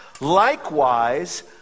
Likewise